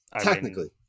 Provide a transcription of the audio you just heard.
Technically